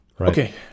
Okay